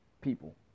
people